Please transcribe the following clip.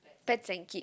pets and kid